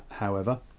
however,